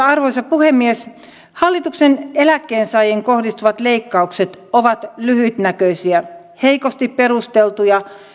arvoisa puhemies hallituksen eläkkeensaajiin kohdistuvat leikkaukset ovat lyhytnäköisiä heikosti perusteltuja